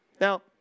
Now